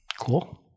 Cool